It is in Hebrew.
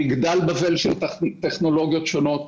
מגדל בבל של טכנולוגיות שונות,